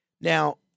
Now